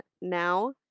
now